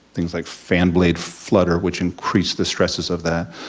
things like fan blade flutter which increase the stresses of that,